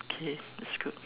okay that's good